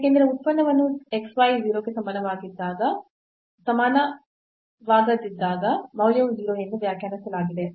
ಏಕೆಂದರೆ ಉತ್ಪನ್ನವನ್ನು xy 0 ಕ್ಕೆ ಸಮನಾವಾಗದಿದ್ದಾಗ ಮೌಲ್ಯವು 0 ಎಂದು ವ್ಯಾಖ್ಯಾನಿಸಲಾಗಿದೆ